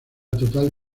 total